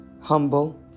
humble